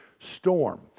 storm